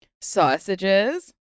Sausages